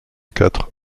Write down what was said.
quatre